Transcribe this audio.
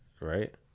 right